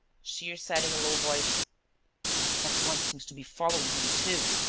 shears said, in a low voice that one seems to be following him too.